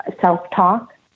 self-talk